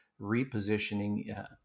repositioning